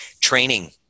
training